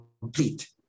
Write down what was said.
complete